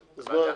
נתקבל.